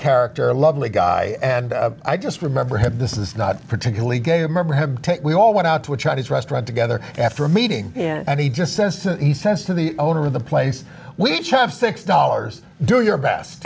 character lovely guy and i just remember had this it's not particularly game or have we all went out to a chinese restaurant together after a meeting and he just says he says to the owner of the place we have six dollars do your best